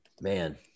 Man